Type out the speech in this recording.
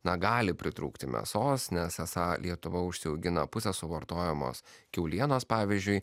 na gali pritrūkti mėsos nes esą lietuva užsiaugina pusę suvartojamos kiaulienos pavyzdžiui